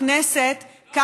שכאן בכנסת, לא נמאס לך?